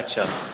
आदसा